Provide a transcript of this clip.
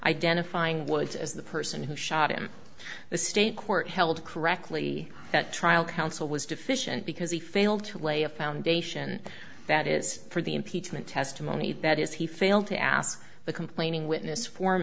identifying woods as the person who shot him the state court held correctly that trial counsel was deficient because he failed to lay a foundation that is for the impeachment testimony that is he failed to ask the complaining witness